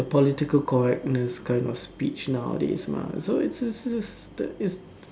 the political correctness kind of speech nowadays mah so is is is